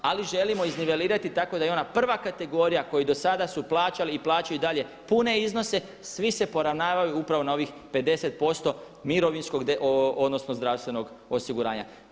Ali želimo iznivelirati tako da i ona prva kategorija koji do sada su plaćali i plaćaju i dalje pune iznose svi se poravnavaju upravo na ovih 50% mirovinskog, odnosno zdravstvenog osiguranja.